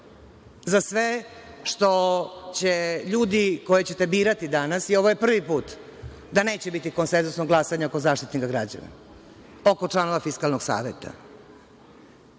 za sve što će ljudi koje ćete birati danas, i ovo je prvi put da neće biti konsenzusnog glasanja kod Zaštitnika građana poput članova Fiskalnog saveta.